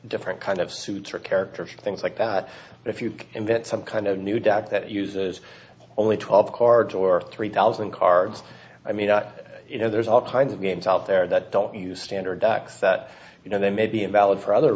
different kind of suits or characters things like that if you could invent some kind of new deck that uses only twelve cards or three thousand cards i mean you know there's all kinds of games out there that don't use standard x that you know they may be invalid for other